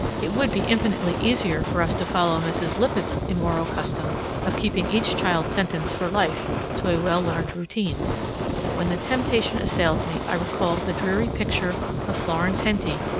it would be infinitely easier for us to follow mrs. lippett's immoral custom of keeping each child sentenced for life to a well-learned routine but when the temptation assails me, i recall the dreary picture of florence henty,